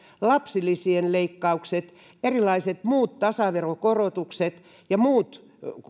lapsilisien leikkaukset erilaiset muut tasaverokorotukset ja muut